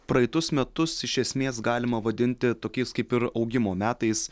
praeitus metus iš esmės galima vadinti tokiais kaip ir augimo metais